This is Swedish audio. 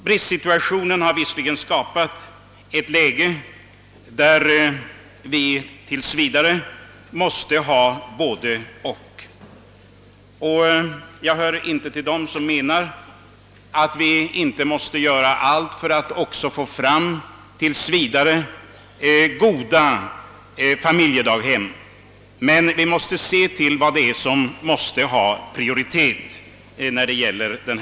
Bristsituationen har dock skapat ett läge där vi tills vidare måste ha både/och, och jag hör till dem som menar att vi så länge nuvarande bristsituation råder också måste få fram goda familjedaghem. Vi måste emellertid ha en klar uppfattning om vad som bör ges prioritet.